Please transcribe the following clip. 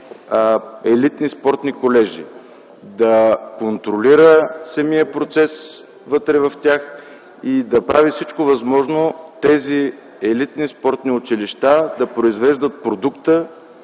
елитни спортни колежи, да контролира самия процес вътре в тях и да прави всичко възможно тези елитни спортни училища да произвеждат продукта,